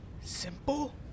Simple